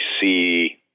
see